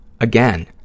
Again